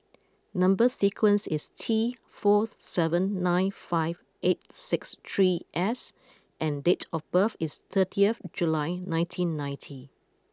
number sequence is T four seven nine five eight six three S and date of birth is thirty of July nineteen ninety